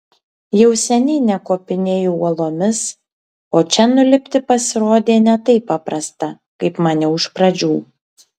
jau seniai nekopinėju uolomis o čia nulipti pasirodė ne taip paprasta kaip maniau iš pradžių